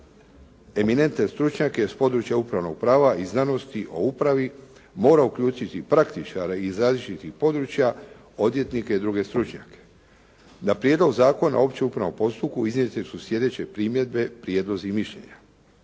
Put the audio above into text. eminentne stručnjake s područja upravnog prava i znanosti o upravi mora uključiti praktičare iz različitih područja, odvjetnike i druge stručnjake. Na Prijedlog zakona o općem upravnom postupku iznijete su sljedeće primjedbe, prijedlozi i mišljenja.